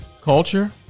culture